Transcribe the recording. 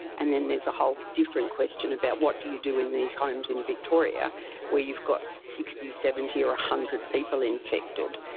and then there's a whole different question about what do you do in these homes in victoria where you've got sixty, seventy or one ah hundred people infected?